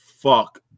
fuck